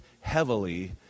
heavily